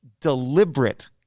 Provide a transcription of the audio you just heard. deliberate